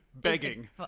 begging